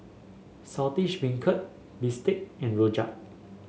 Saltish Beancurd bistake and rojak